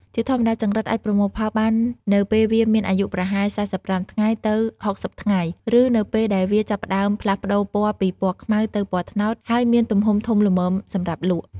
ជាធម្មតា ចង្រិតអាចប្រមូលផលបាននៅពេលវាមានអាយុប្រហែល ៤៥ ថ្ងៃ ទៅ ៦០ ថ្ងៃ ឬនៅពេលដែលវាចាប់ផ្ដើមផ្លាស់ប្ដូរពណ៌ពីពណ៌ខ្មៅទៅពណ៌ត្នោត ហើយមានទំហំធំល្មមសម្រាប់លក់។